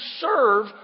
serve